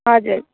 हजुर